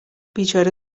بیچاره